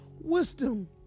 wisdom